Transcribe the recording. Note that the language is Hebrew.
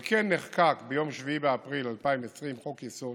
על כן נחקק ביום 7 באפריל 2020 חוק-יסוד: